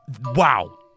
Wow